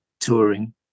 touring